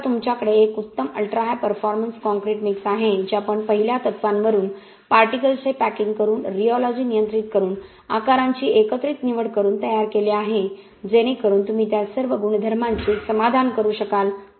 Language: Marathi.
तर आता तुमच्याकडे एक उत्तम ultra high performance concrete mix आहे जे आपण पहिल्या तत्त्वांवरून पार्टिकल्स चे पॅकिंग करून रीओलॉजी नियंत्रित करून आकारांची एकत्रित निवड करून तयार केले आहे जेणेकरून तुम्ही त्या सर्व गुणधर्मांचे समाधान करू शकाल